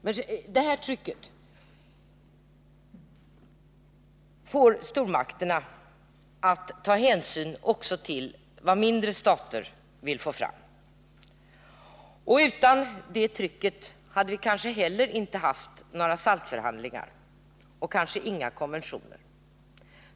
Det tryck som är en följd av nedrustningsarbetet får stormakterna att också ta hänsyn till vad mindre stater vill arbeta för. Utan det trycket hade vi kanske inte haft några SALT-förhandlingar eller några konventioner.